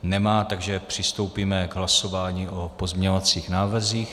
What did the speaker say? Nemá, takže přistoupíme k hlasování o pozměňovacích návrzích.